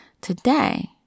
Today